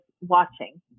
watching